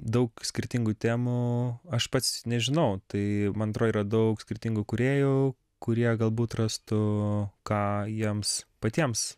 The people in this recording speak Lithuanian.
daug skirtingų temų aš pats nežinau tai man atrodo yra daug skirtingų kūrėjų kurie galbūt rastų ką jiems patiems